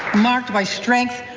marked by strength,